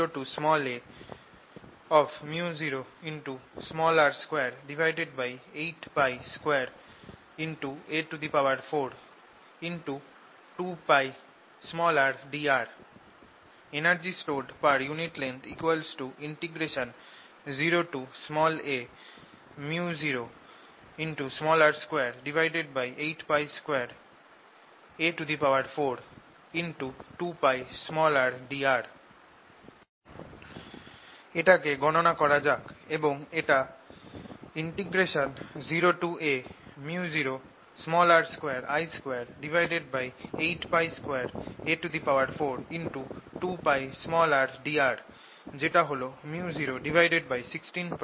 energy stored per unit length 0aµ0r282a42πrdr এটাকে গণনা করা যাক এবং এটা 0aµ0r2I282a42πrdr যেটা হল µ016πI2 এবং এটা 12LI2 এর সমান হবে